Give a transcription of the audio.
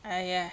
!aiya!